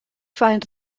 find